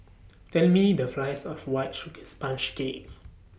Tell Me The Price of White Sugar Sponge Cake